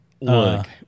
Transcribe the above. look